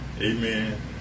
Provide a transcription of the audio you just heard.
Amen